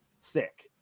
sick